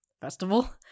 festival